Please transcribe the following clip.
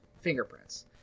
fingerprints